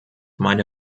meine